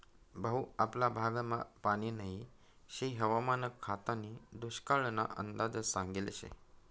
भाऊ आपला भागमा पानी नही शे हवामान खातानी दुष्काळना अंदाज सांगेल शे